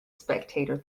spectator